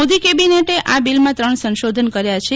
મોદી કેબિનેટે આ બિલમાં ત્રણ સંશોધન કર્યા છે